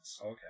Okay